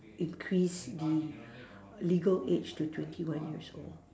increased the legal age to twenty one years old